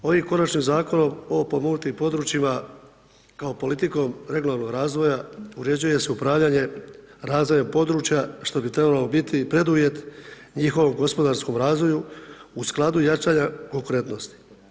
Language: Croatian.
Ovim konačnim zakonom o potpomognutim područjima, kao politikom regularnog razvoja uređuje se upravljanje razvoja područja što bi trebalo biti i preduvjet i njihov gospodarskom razvoju u skladu jačanja konkurentnosti.